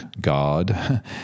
God